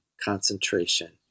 concentration